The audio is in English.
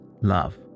Love